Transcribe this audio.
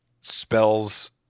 spells